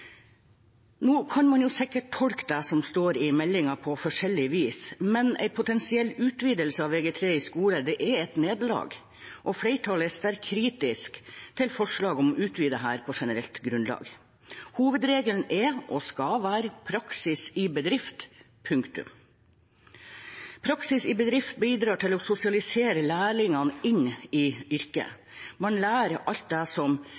Nå kan man sikkert tolke det som står i meldingen, på forskjellig vis, men en potensiell utvidelse av vg3 i skole er et nederlag, og flertallet er sterkt kritisk til forslaget om å utvide dette, på generelt grunnlag. Hovedregelen er, og skal være, praksis i bedrift – punktum. Praksis i bedrift bidrar til å sosialisere lærlingene inn i yrket. Man lærer alt det som